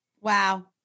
Wow